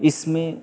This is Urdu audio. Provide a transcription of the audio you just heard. اس میں